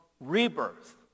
rebirth